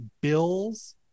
Bills